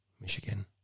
Michigan